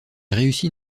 réussit